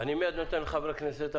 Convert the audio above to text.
אני מיד אתן לחברי הכנסת.